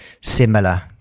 similar